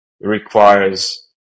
requires